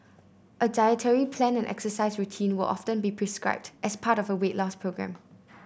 a dietary plan and exercise routine will often be prescribed as part of a weight loss programme